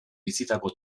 bizitako